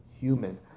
human